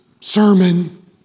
sermon